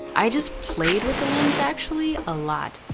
i just played with the lens actually, a lot.